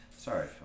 Sorry